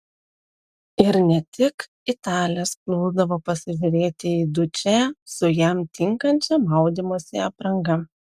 ir ne tik italės plūsdavo pasižiūrėti į dučę su jam tinkančia maudymosi apranga